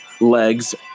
legs